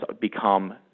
become